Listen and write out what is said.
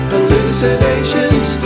Hallucinations